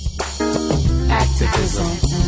Activism